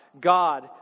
God